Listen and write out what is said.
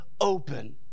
open